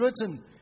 written